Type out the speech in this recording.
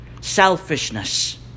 Selfishness